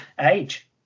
age